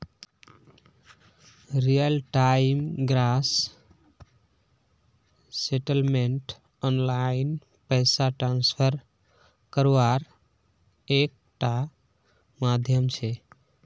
real time gross settlement online पैसा transfer कारवार एक टा माध्यम छे